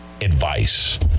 advice